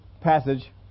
passage